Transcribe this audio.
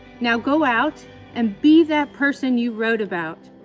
now go out and be that person you wrote about.